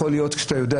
כשאתה יודע.